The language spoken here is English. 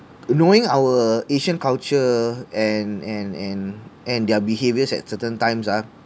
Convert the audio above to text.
knowing our asian culture and and and and their behaviours at certain times ah